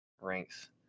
ranks